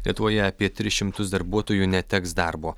lietuvoje apie tris šimtus darbuotojų neteks darbo